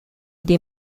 des